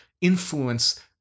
influence